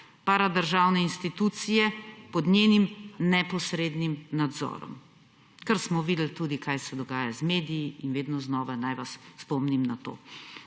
paradržavne institucije, pod njenim neposrednim nadzorom. Ker smo videli tudi, kaj se dogaja z mediji, in vedno znova naj vas spomnim na to.